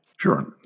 Sure